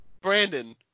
Brandon